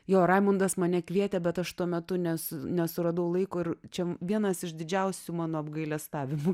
jo raimundas mane kvietė bet aš tuo metu nesu nesuradau laiko ir čia vienas iš didžiausių mano apgailestavimų